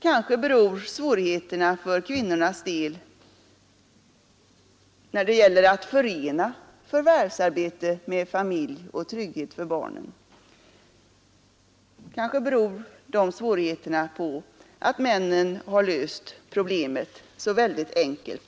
Kanske beror svårigheterna för kvinnornas del på att männen för egen del har löst problemet så enkelt.